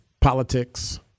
politics